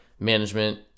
management